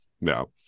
no